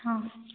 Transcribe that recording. ହଁ